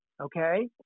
Okay